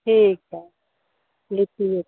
ठीक है लिट्टीए